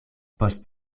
post